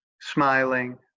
smiling